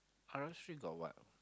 halal street got what